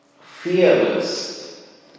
fearless